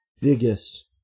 biggest